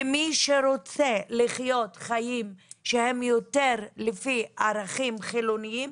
ומי שרוצה לחיות חיים שהם יותר לפי ערכים חילוניים,